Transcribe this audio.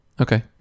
Okay